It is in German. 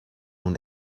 nun